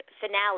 finale